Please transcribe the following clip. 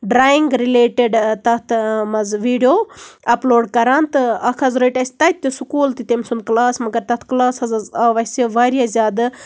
drawing related تتھ مَنٛز video upload کَران تہٕ اکھ حظ رٔٹۍ اَسہِ تتہِ تہِ سکول تہِ تٔمۍ سُنٛد کٕلاس مگر تتھ کٕلاسَس آو اَسہِ واریاہ زیادٕ